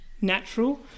natural